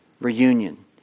reunion